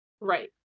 Right